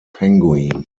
penguin